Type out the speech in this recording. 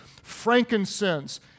frankincense